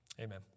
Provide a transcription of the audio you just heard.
Amen